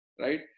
right